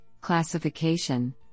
classification